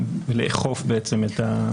ולאכוף את הדין.